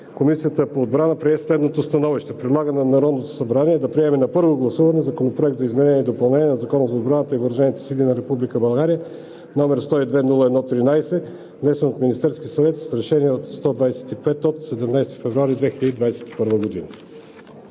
Комисията по отбрана прие следното становище: Предлага на Народното събрание да приеме на първо гласуване Законопроект за изменение и допълнение на Закона за отбраната и въоръжените сили на Република България № 102-01-13, внесен от Министерския съвет с Решение № 125 от 17 февруари 2021 г.“